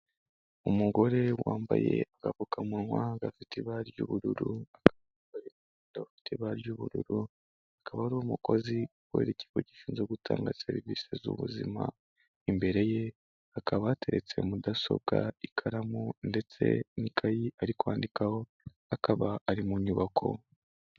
Umugore wambaye agapfukamunwa gafite ibara ry'ubururu, akaba ari umukozi ukorera ikigo gishinzwe gutanga serivisi z'ubuzima, imbere ye hakaba yateretse mudasobwa ikaramu ndetse n'ikayi ari kwandikaho, akaba ari mu nyubako..